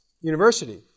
University